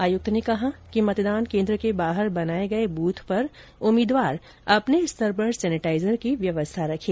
आयुक्त ने कहा कि मतदान केन्द्र के बाहर बनाए बूथ पर उम्मीदवार अपने स्तर पर सेनेटाइजर की व्यवस्था रखें